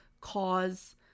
cause